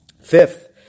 Fifth